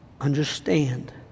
understand